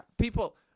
people